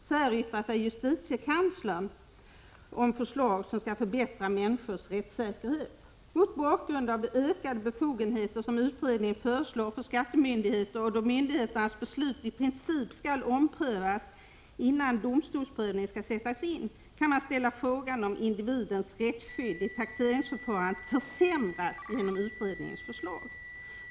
Så här yttrar sig justitiekanslern om förslag som skall förbättra människors rättssäkerhet: Mot bakgrund av de ökade befogenheter som utredningen föreslår för skattemyndigheten, och då myndigheternas beslut i princip skall omprövas innan domstolsprövning skall sättas in, kan man ställa frågan om individens rättsskydd i taxeringsförfarandet försämras genom utredningens förslag.